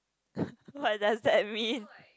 what does that mean